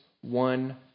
one